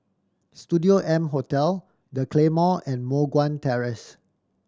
Studio M Hotel The Claymore and Moh Guan Terrace